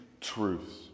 truths